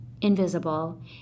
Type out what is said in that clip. invisible